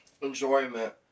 enjoyment